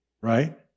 Right